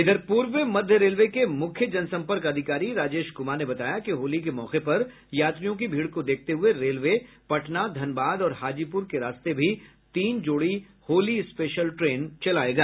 इधर पूर्व मध्य रेलवे के मुख्य जनसंपर्क अधिकारी राजेश कुमार ने बताया कि होली के मौके पर यात्रियों की भीड़ को देखते हुये रेलवे ने पटना धनबाद और हाजीपुर के रास्ते भी तीन जोड़ी होली स्पेशल ट्रेन चलायेगा